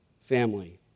family